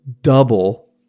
double